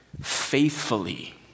faithfully